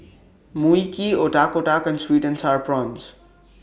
Mui Kee Otak Otak and Sweet and Sour Prawns